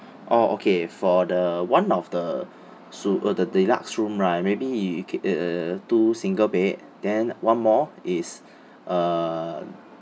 orh okay for the one of the su~ uh the deluxe room right maybe you uh uh two single bed then one more is uh